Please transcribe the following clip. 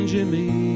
Jimmy